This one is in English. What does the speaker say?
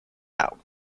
out